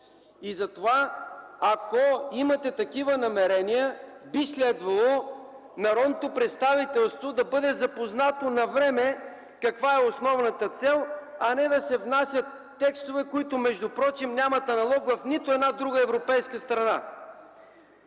И затова, ако имате такива намерения, би следвало народното представителство да бъде запознато навреме с това каква е основната цел, не да се внасят текстове, които впрочем нямат аналог в нито една друга европейска страна.